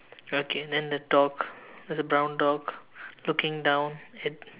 okay then the dog it's a brown dog looking down at